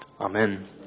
Amen